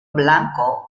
blanco